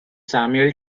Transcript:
samuel